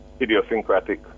idiosyncratic